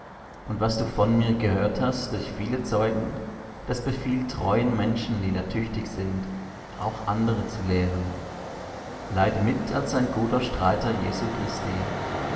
und was du von mir gehört hast durch viele zeugen das befiehl treuen menschen die da tüchtig sind auch andere zu lehren leide mit als ein guter streiter jesu christi